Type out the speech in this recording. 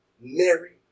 Mary